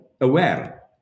aware